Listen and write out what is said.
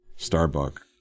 Starbuck